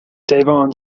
devon